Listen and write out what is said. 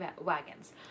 wagons